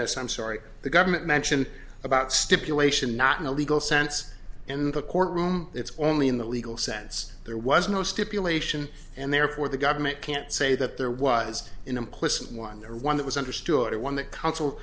this i'm sorry the government mentioned about stipulation not in a legal sense in the courtroom it's only in the legal sense there was no stipulation and therefore the government can't say that there was an implicit one or one that was understood it when the counsel